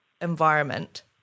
environment